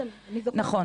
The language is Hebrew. מוזר מאוד.